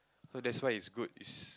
so that's why it's good it's